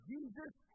Jesus